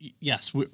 Yes